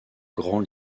grand